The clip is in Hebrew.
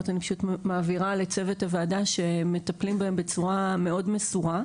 אני פשוט מעבירה לצוות הוועדה שמטפלים בהם בצורה מאוד מסורה.